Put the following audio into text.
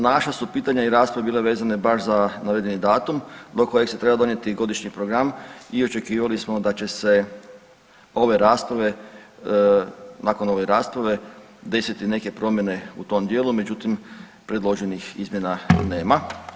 Naša su pitanja i rasprave bile vezane baš za navedeni datum do kojeg se treba donijeti godišnji program i očekivali smo da će se ove rasprave, desiti neke promjene u tom dijelu međutim predloženih izmjena nema.